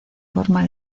forma